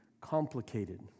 complicated